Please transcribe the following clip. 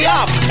up